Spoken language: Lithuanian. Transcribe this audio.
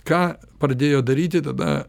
ką pradėjo daryti tada